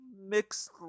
mixed